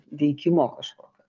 veikimo kažkokio